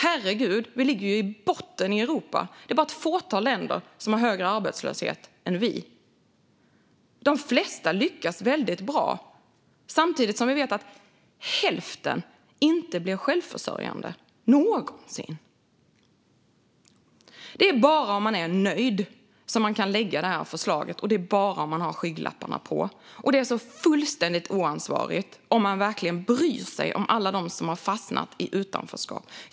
Herregud, vi ligger ju i botten i Europa! Det är bara ett fåtal länder som har högre arbetslöshet än vi. De flesta lyckas väldigt bra, säger Morgan Johansson - samtidigt som vi vet att hälften inte blir självförsörjande, någonsin. Det är bara om man är nöjd som man kan lägga fram det här förslaget, och det är bara om man har skygglapparna på. Det är så fullständigt oansvarigt om man verkligen bryr sig om alla dem som har fastnat i utanförskap.